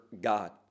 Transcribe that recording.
god